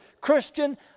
Christian